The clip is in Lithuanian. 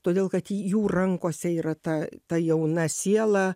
todėl kad jų rankose yra ta ta jauna siela